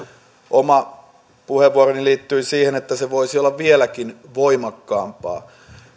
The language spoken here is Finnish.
oma puheenvuoroni liittyi siihen että se voisi olla vieläkin voimakkaampaa